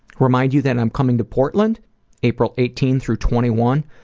remind you that i'm coming to portland april eighteenth through twenty one,